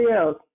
else